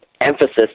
emphasis